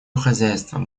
хозяйство